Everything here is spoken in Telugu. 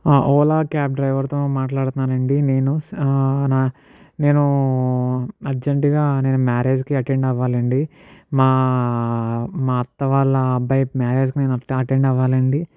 ఓలా క్యాబ్ డ్రైవర్తో మాట్లాడుతున్నానండి నేను న నేను అర్జెంటుగా నేను మ్యారేజ్కి అటెండ్ అవ్వాలండి మా మా అత్త వాళ్ళ అబ్బాయి మ్యారేజ్కి అటెండ్ అవ్వాలండి